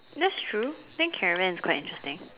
that's true I think caravan is quite interesting